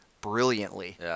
brilliantly